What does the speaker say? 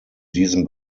diesem